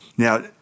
Now